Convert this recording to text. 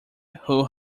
who